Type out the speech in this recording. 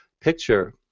picture